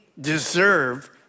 deserve